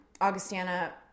Augustana